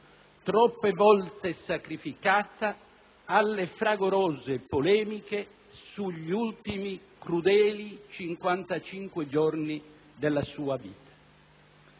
troppe volte sacrificata alle fragorose polemiche sugli ultimi crudeli 55 giorni della sua vita.